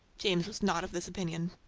james was not of this opinion.